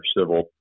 civil